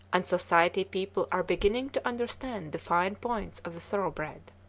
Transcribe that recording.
and society people are beginning to understand the fine points of the thoroughbred.